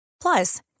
Plus